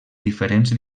diferents